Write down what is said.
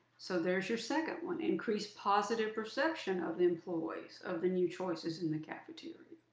so there's your second one, increase positive perception of the employees of the new choices in the cafeteria.